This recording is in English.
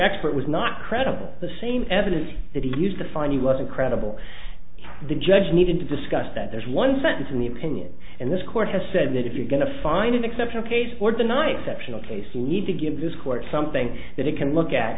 expert was not credible the same evidence that he used to find he wasn't credible the judge needed to discuss that there's one sentence in the opinion and this court has said that if you're going to find an exceptional case for the night sectional case you need to give this court something that it can look at